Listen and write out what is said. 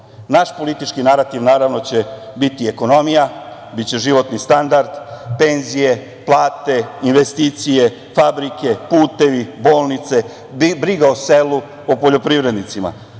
oni. Naš politički narativ, naravno, će biti ekonomija, biće životni standard, penzije, plate, investicije, fabrike, putevi, bolnice, briga o selu, o poljoprivrednicima.